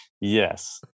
Yes